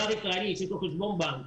אזרח ישראלי שיש לו חשבון בנק,